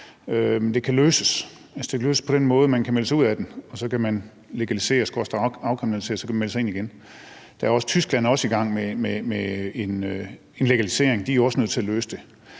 det kan løses på den måde, at man kan melde sig ud af den, og så kan man legalisere skråstreg afkriminalisere det og melde sig ind igen. Tyskland er også i gang med en legalisering, og de er jo også nødt til at løse det.